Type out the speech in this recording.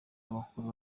abakuru